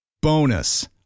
Bonus